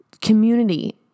community